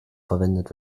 verwendet